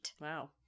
wow